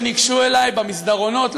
ניגשו אלי במסדרונות,